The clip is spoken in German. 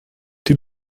die